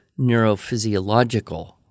neurophysiological